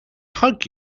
hug